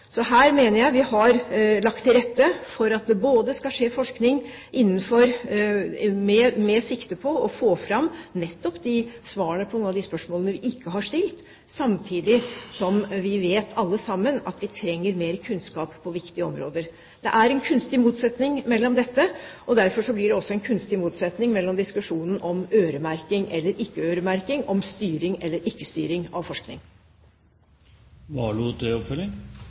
Så her mener jeg vi har lagt til rette for at det skal skje forskning med sikte på å få fram nettopp de svarene på noen av de spørsmålene vi ikke har stilt, samtidig som vi vet alle sammen at vi trenger mer kunnskap på viktige områder. Det er en kunstig motsetning mellom dette, og derfor blir det også en kunstig motsetning, den diskusjonen om øremerking eller ikke øremerking, om styring eller ikke styring av